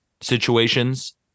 situations